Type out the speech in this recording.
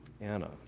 Anna